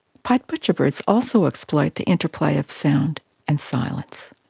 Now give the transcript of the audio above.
pied butcherbirds also exploit the interplay of sound and silence.